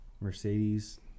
Mercedes